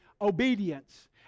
Obedience